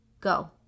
Go